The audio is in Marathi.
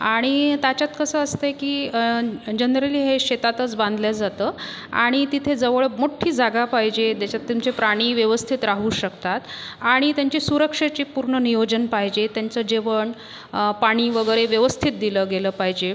आणि त्याच्यात कसं असतंय की जनरली हे शेतातच बांधलं जातं आणि तिथे जवळ मोठ्ठी जागा पाहिजे ज्याच्यात तुमचे प्राणी व्यवस्थित राहू शकतात आणि त्यांच्या सुरक्षेचं पूर्ण नियोजन पाहिजे त्यांचं जेवण पाणी वगैरे व्यवस्थित दिलं गेलं पाहिजे